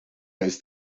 ist